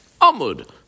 Amud